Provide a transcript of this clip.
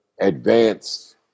advanced